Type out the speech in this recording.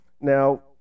Now